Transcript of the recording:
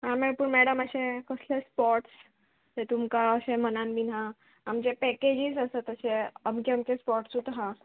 आं मेळ पूण मॅडम अशें कसले स्पोट्स ते तुमकां अशें मनान बी आहा आमचे पॅकेजीस आसा तशे अमके अमके स्पोट्सूच आहा